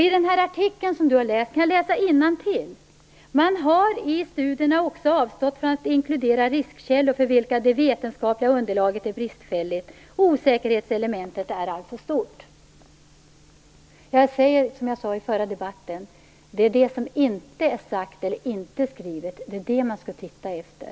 I den artikel som Torsten Gavelin har läst står det: Man har i studierna också avstått från att inkludera riskkällor för vilka det vetenskapliga underlaget är bristfälligt. Osäkerhetselementet är alltså stort. Jag säger som jag sade i den förra debatten: Det är det som inte är sagt eller inte är skrivet som man skall titta efter.